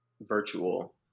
virtual